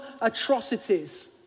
atrocities